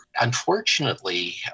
unfortunately